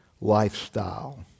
lifestyle